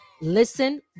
listen